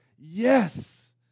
Yes